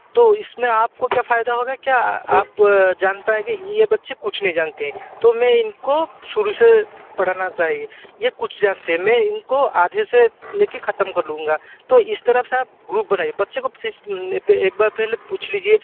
तो इसमें आपको क्या फ़ायदा होगा क्या आप जान पाएंगे यह बच्चे कुछ नहीं जानते हैं तो मैं इनको शुरू से पढ़ाना चाहिए यह कुछ जानते हैं मैं इनको आधे से लेकर ख़त्म कर लूंगा तो इस तरह से आप ग्रुप बनाइए बच्चे को एक बार पहले पूछ लीजिए